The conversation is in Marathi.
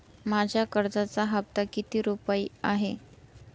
माझ्या कर्जाचा हफ्ता किती रुपये आहे?